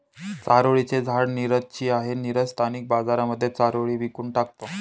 चारोळी चे झाड नीरज ची आहे, नीरज स्थानिक बाजारांमध्ये चारोळी विकून टाकतो